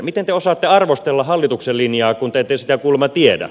miten te osaatte arvostella hallituksen linjaa kun te ette sitä kuulemma tiedä